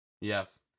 yes